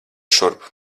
šurp